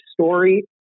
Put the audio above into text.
story